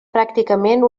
pràcticament